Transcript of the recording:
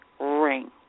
Ring